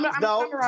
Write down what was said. no